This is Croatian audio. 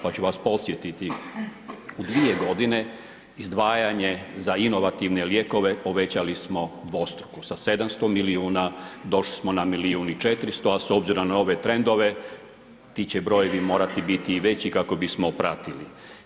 Pa ću vas podsjetiti, u dvije godine izdvajanje za inovativne lijekove povećali smo dvostruku sa 700 milijuna došli smo na milijun i 400 a s obzirom na ove trendove ti će brojevi morati biti i veći kako bismo pratili.